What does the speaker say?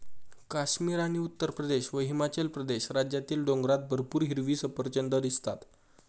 काश्मीर आणि उत्तरप्रदेश व हिमाचल प्रदेश राज्यातील डोंगरात भरपूर हिरवी सफरचंदं दिसतात